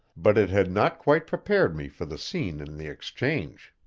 but it had not quite prepared me for the scene in the exchange.